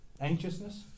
Anxiousness